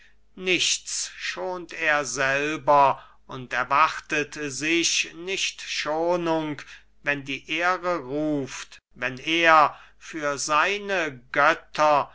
nichts schont er selber und erwartet sich nicht schonung wenn die ehre ruft wenn er für seine götter